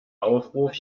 aufruf